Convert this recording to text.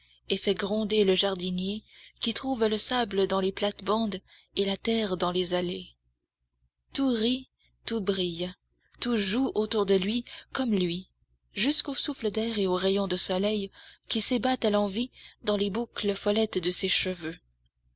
et fait gronder le jardinier qui trouve le sable dans les plates-bandes et la terre dans les allées tout rit tout brille tout joue autour de lui comme lui jusqu'au souffle d'air et au rayon de soleil qui s'ébattent à l'envi dans les boucles follettes de ses cheveux